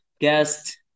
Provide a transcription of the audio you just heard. guest